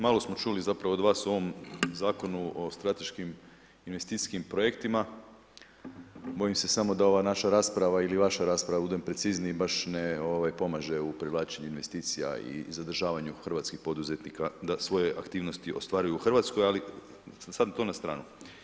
Malo smo čuli od vas o ovom Zakonu o strateškim investicijskim projektima, bojim se samo da ova naša rasprava ili vaša rasprava da budem precizniji baš ne pomaže u privlačenju investicija i zadržavanju hrvatskih poduzetnika da svoje aktivnosti ostvaruju u Hrvatskoj, ali sada to na stranu.